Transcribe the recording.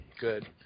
good